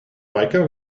biker